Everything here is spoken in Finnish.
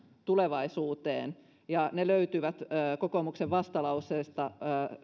tulevaisuuteen ja ne löytyvät kokoomuksen vastalauseesta